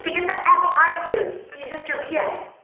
get the f out of here. he's just your bf.